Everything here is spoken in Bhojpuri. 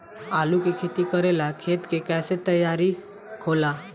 आलू के खेती करेला खेत के कैसे तैयारी होला?